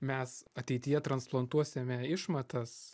mes ateityje transplantuosime išmatas